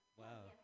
wow